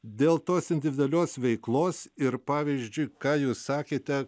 dėl tos individualios veiklos ir pavyzdžiui ką jūs sakėte